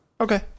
Okay